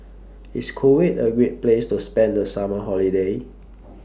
IS Kuwait A Great Place to spend The Summer Holiday